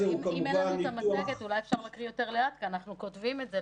אם אין לנו את המצגת אולי אפשר להקריא יותר לאט כי אנחנו כותבים את זה,